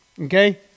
Okay